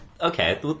okay